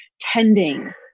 tending